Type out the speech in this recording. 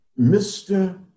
Mr